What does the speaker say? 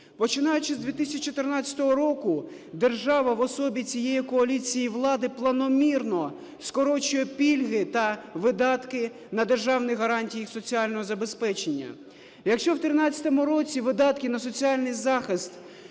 Починаючи з 2014 року, держава в особі цієї коаліції влади планомірно скорочує пільги та видатки на державні гарантії їх соціального забезпечення. Якщо в 2013 році видатки на соціальний захист